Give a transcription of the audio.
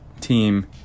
team